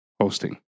hosting